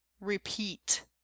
repeat